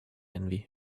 envy